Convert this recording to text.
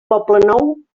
poblenou